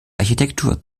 architektur